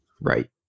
Right